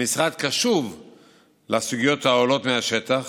המשרד קשוב לסוגיות העולות מהשטח